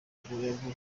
vuba